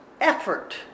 effort